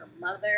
mother